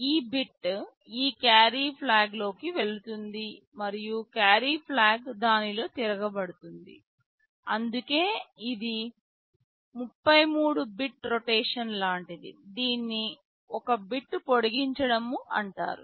ఈ బిట్ ఈ క్యారీ ఫ్లాగ్లోకి వెళుతుంది మరియు క్యారీ ఫ్లాగ్ దానిలో తిరగబడుతుంది అందుకే ఇది 33 బిట్ రొటేషన్ లాంటిది దీనిని 1 బిట్ పొడిగించడం అంటారు